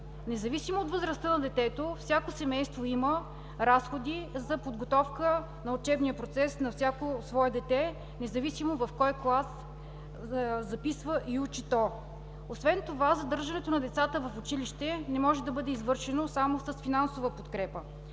Независимо от възрастта на детето, всяко семейство има разходи за подготовка на учебния процес на всяко свое дете, независимо в кой клас записва и учи то. Освен това задържането на децата в училище не може да бъде извършено само с финансова подкрепа.